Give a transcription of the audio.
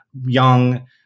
young